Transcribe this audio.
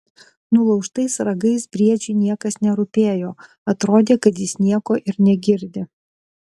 nulaužtais ragais briedžiui niekas nerūpėjo atrodė kad jis nieko ir negirdi